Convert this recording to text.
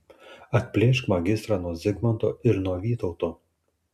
atplėšk magistrą nuo zigmanto ir nuo vytauto